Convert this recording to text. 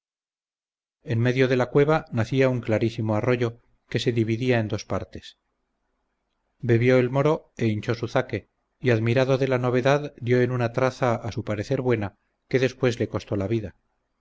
en medio de la cueva nacía un clarísimo arroyo que se dividía en dos partes bebió el moro e hinchó su zaque y admirado de la novedad dió en una traza a su parecer buena que después le costó la vida